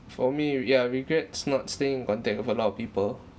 for me ya regrets not staying in contact with a lot of people